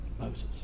Moses